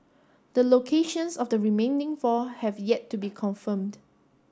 the locations of the remaining four have yet to be confirmed